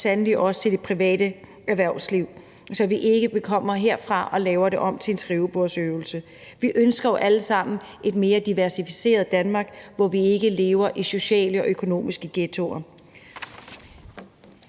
sandelig også i forhold til det private erhvervsliv, så vi ikke kommer herfra og laver det om til en skrivebordsøvelse. Vi ønsker jo alle sammen et mere diversificeret Danmark, hvor vi ikke lever i sociale og økonomiske ghettoer,